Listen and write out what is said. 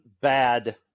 bad